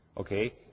Okay